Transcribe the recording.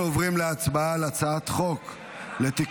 אנחנו עוברים להצבעה על הצעת חוק לתיקון